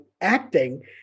acting